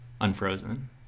unfrozen